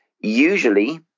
usually